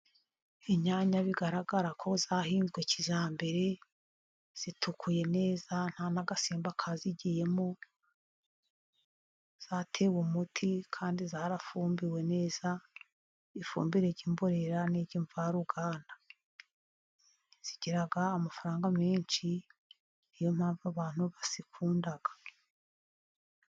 Inyanya bigaragara ko zahinzwe kijyambere, zitukuye neza nta n'agasimba kazigiyemo zatewe umuti kandi zarafumbiwe neza, ifumbire y'imborera niy' imvaruganda zigira amafaranga menshi niyo mpamvu abantu bazikunda.